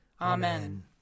Amen